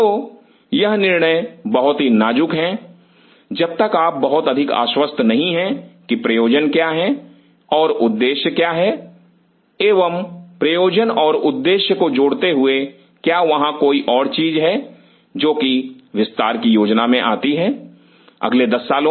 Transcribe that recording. तो यह निर्णय बहुत ही नाज़ुक हैं जब तक आप बहुत अधिक आश्वस्त नहीं हैं कि प्रयोजन क्या है और उद्देश्य क्या है एवं प्रयोजन और उद्देश्य को जोड़ते हुए क्या वहां कोई और चीज है जो कि विस्तार की योजना में आती है अगले 10 सालों में